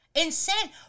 insane